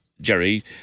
Jerry